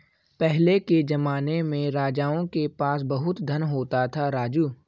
पहले के जमाने में राजाओं के पास बहुत धन होता था, राजू